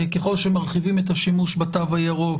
ככל שמרחיבים את השימוש בתו הירוק,